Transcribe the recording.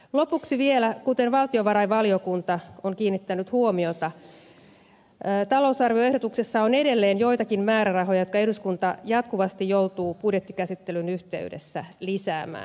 lopuksi vielä kuten valtiovarainvaliokunta on kiinnittänyt huomiota talousarvioehdotuksessa on edelleen joitakin määrärahoja jotka eduskunta jatkuvasti joutuu budjettikäsittelyn yhteydessä lisäämään